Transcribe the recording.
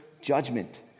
judgment